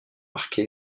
marqué